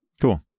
Cool